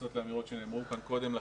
שמתייחסות לאמירות שנאמרו כאן קודם לכן,